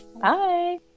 bye